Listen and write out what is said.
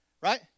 right